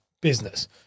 business